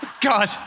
God